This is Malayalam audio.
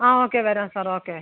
ആ ഓക്കേ വരാം സാർ ഓക്കേ